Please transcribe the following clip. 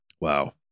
Wow